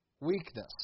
weakness